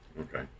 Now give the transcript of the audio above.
Okay